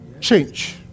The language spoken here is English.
Change